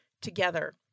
together